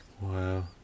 Wow